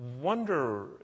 Wonder